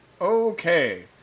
Okay